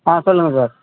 ஆ சொல்லுங்கள் சார்